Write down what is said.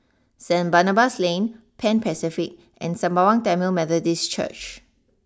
Saint Barnabas Lane Pan Pacific and Sembawang Tamil Methodist Church